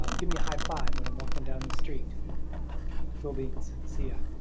um give me a high five when i'm walking down the street cool beans. see ya.